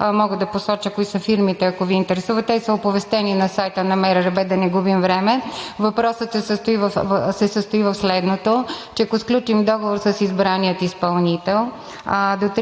Мога да посоча кои са фирмите, ако Ви интересува – те са оповестени на сайта на МРРБ, да не губим време. Въпросът се състои в следното: Ако сключим договор с избрания изпълнител